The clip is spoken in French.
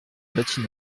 bâtie